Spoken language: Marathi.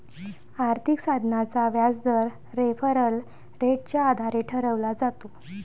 आर्थिक साधनाचा व्याजदर रेफरल रेटच्या आधारे ठरवला जातो